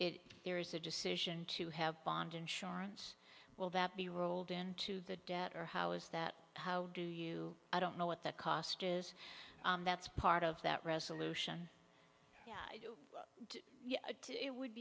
f there is a decision to have bond insurance will that be rolled into the debt or how is that how do you i don't know what the cost is that's part of that resolution it would